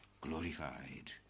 glorified